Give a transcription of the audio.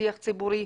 בשיח ציבורי,